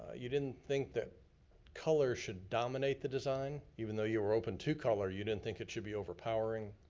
you didn't think that color should dominate the design, even though you were open to color you didn't think it should be overpowering.